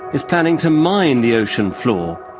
is planning to mine the ocean floor.